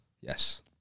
Yes